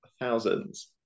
thousands